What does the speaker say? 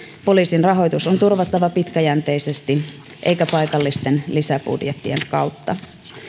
poliisin rahoitus on turvattava pitkäjänteisesti eikä paikallisten lisäbudjettien kautta